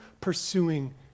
pursuing